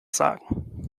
sagen